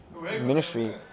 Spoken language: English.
ministry